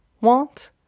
want